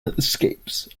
escapes